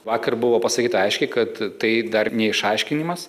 vakar buvo pasakyta aiškiai kad tai dar ne išaiškinimas